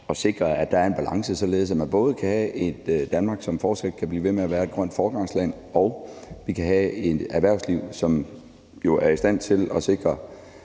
at sikre, at der er en balance, således at man både kan have et Danmark, som fortsat kan blive ved med at være et grønt foregangsland, og vi kan have et erhvervsliv, som er i stand til at sikre